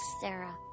Sarah